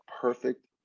perfect